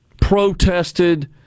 Protested